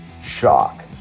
shock